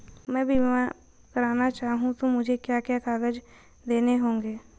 मैं बीमा करना चाहूं तो मुझे क्या क्या कागज़ देने होंगे?